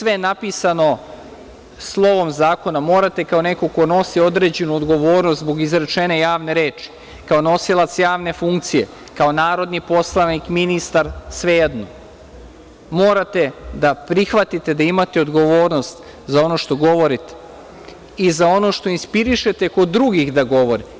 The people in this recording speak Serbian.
Nije sve napisano slovom zakona, morate kao neko ko nosi određenu odgovornost zbog izrečene javne reči, kao nosilac javne funkcije, kao narodni poslanik, ministar, svejedno, morate da prihvatite da imate odgovornost za ono što govorite i za ono što inspirišete kod drugih da govore.